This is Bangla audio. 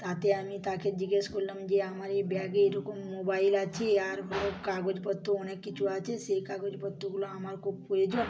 তাতে আমি তাকে জিজ্ঞেস করলাম যে আমার এই ব্যাগে এরকম মোবাইল আছে আর কাগজপত্রও অনেক কিছু আছে সে কাগজপত্রগুলো আমার খুব প্রয়োজন